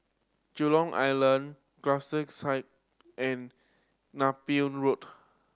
Jurong Island Gallop Circus and Napier Road